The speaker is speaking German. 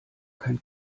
kein